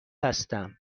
هستم